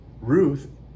Ruth